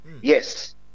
Yes